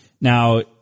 Now